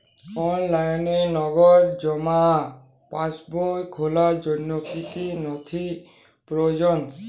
অনলাইনে নগদ জমা পাসবই খোলার জন্য কী কী নথি প্রয়োজন?